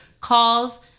calls